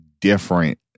different